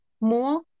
more